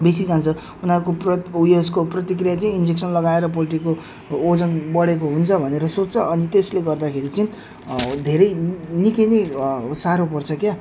बेसी जान्छ उनीहरूको प्रत उयसको प्रतिक्रिया चाहिँ इन्जेक्सन लगाएर पोल्ट्रीको ओजन बढेको हुन्छ भनेर सोच्छ अनि त्यसले गर्दाखेरि चाहिँ धेरै निकै नै साह्रो पर्छ क्या